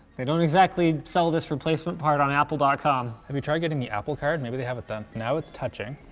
they don't exactly sell this replacement part on apple com. have you tried getting the apple card? maybe they have it then. now it's touching.